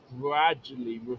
gradually